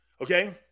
Okay